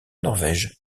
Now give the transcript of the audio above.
norvège